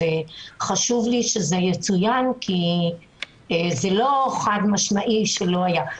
חשוב לי שזה יצוין כי זה לא חד-משמעי שלא היה.